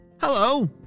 Hello